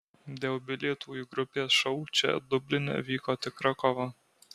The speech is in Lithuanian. dėl bilietų į grupės šou čia dubline vyko tikra kova